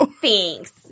Thanks